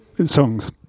songs